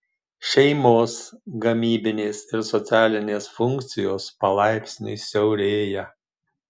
šeimos gamybinės ir socialinės funkcijos palaipsniui siaurėjo